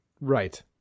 Right